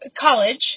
college